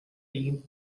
team